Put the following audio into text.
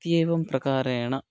इत्येवं प्रकारेण